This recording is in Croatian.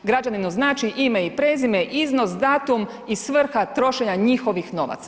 Građaninu znači ime i prezime, iznos, datum i svrha trošenja njihovih novaca.